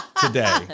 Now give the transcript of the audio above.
today